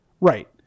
Right